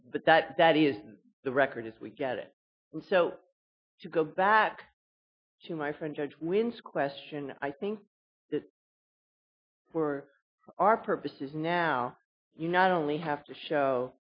that that is the record as we get it so to go back to my friend judge wins question i think for our purposes now you not only have to show